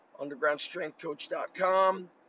undergroundstrengthcoach.com